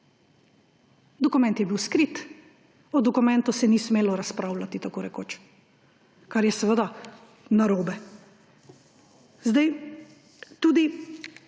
Dokument je bil skrit, o dokumentu se ni smelo razpravljati tako rekoč, ker je seveda narobe. Tudi